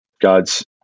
god's